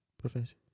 profession